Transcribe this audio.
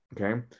Okay